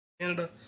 Canada